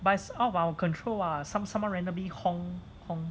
but it's out of our control [what] some someone randomly honk honk